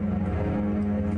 זה